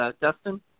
Dustin